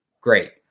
Great